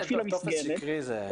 למפעיל המסגרת,